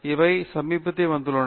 இவை சமீபத்தில் வந்துள்ளன